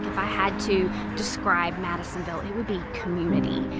i had to describe madisonville, it would be community.